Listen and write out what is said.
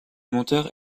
monteur